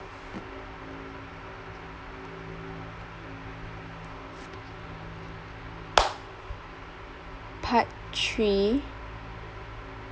part three